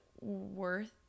worth